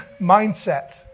mindset